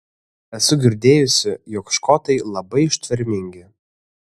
esu girdėjusi jog škotai labai ištvermingi